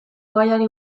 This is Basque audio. gaiari